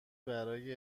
برای